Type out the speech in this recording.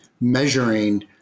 measuring